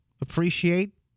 appreciate